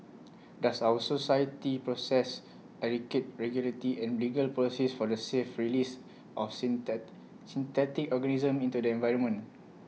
does our society possess adequate regulatory and legal policies for the safe release of synth synthetic organisms into the environment